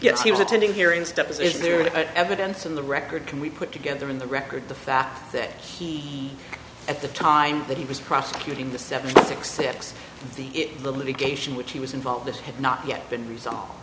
yes he was attending here instep is there any evidence in the record can we put together in the record the fact that he at the time that he was prosecuting the seven six six the litigation which he was involved this had not yet been resolved